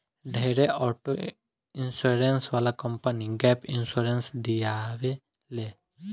ढेरे auto insurance वाला company gap insurance दियावे ले